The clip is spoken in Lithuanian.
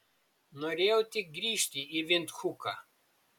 norėjau tik grįžti į vindhuką